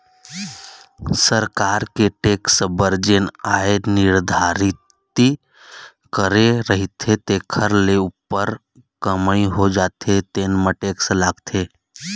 सरकार के टेक्स बर जेन आय निरधारति करे रहिथे तेखर ले उप्पर कमई हो जाथे तेन म टेक्स लागथे